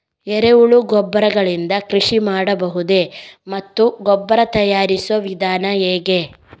ಎರೆಹುಳು ಗೊಬ್ಬರ ಗಳಿಂದ ಕೃಷಿ ಮಾಡಬಹುದೇ ಮತ್ತು ಗೊಬ್ಬರ ತಯಾರಿಸುವ ವಿಧಾನ ಹೇಗೆ?